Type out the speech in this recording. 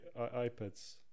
iPads